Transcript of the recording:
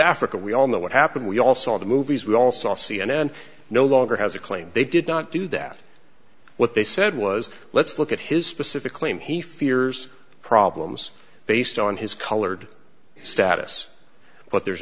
africa we all know what happened we all saw the movies we all saw c n n no longer has a claim they did not do that what they said was let's look at his specific claim he fears problems based on his colored status but there's